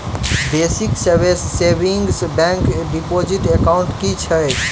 Basic savings bank deposit account की छैक?